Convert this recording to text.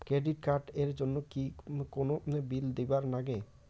Credit card এর জন্যে কি কোনো বিল দিবার লাগে?